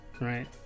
right